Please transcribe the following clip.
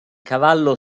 cavallo